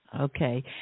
okay